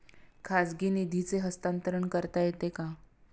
खाजगी निधीचे हस्तांतरण करता येते का?